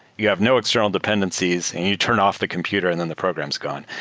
you have no external dependencies, and you turn off the computer and then the program is gone.